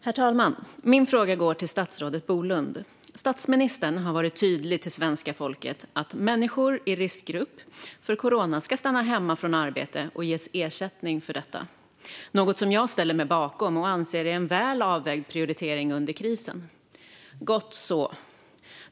Herr talman! Min fråga går till statsrådet Bolund. Statsministern har varit tydlig till svenska folket med att människor i riskgrupp för corona ska stanna hemma från arbete och ges ersättning för detta, något som jag ställer mig bakom och anser är en väl avvägd prioritering under krisen. Gott så!